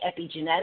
epigenetic